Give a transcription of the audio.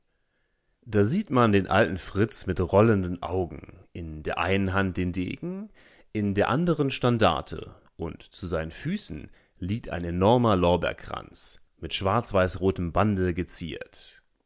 da sieht man den alten fritz mit rollenden augen in der einen hand den degen in der anderen standarte und zu seinen füßen liegt ein enormer lorbeerkranz mit schwarzweißrotem bande geziert